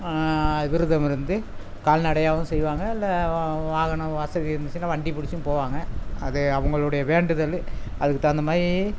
விரதம் இருந்து கால்நடையாகவும் செல்வாங்க இல்லை வாகனம் வசதி இருந்துச்சினால் வண்டி பிடிச்சும் போவாங்க அது அவங்களுடைய வேண்டுதல் அதுக்கு தகுந்த மாதிரி